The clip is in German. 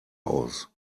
aus